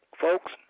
folks